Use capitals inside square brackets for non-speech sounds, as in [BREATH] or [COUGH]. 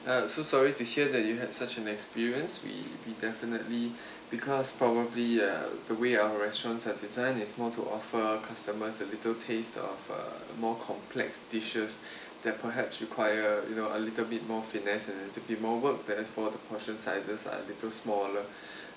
uh so sorry to hear that you had such an experience we we definitely [BREATH] because probably uh the way our restaurants are designed is more to offer customers a little taste of uh more complex dishes [BREATH] that perhaps require you know a little bit more finesse and a little bit more work therefore the portion sizes are a little smaller [BREATH]